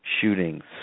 Shootings